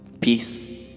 peace